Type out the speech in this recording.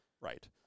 Right